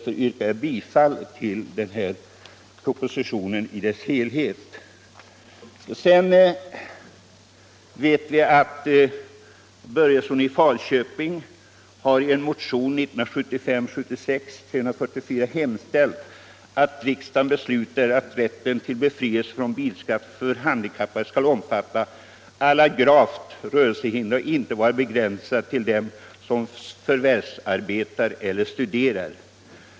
Jag yrkar bifall till detta förslag i dess helhet. Herr Börjesson i Falköping har i motionen 1975/76:344 hemställt att riksdagen beslutar att rätten till befrielse från bilskatt för handikappad skall omfatta alla gravt rörelsehindrade och inte vara begränsad till dem som förvärvsarbetar eller studerar.